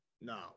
No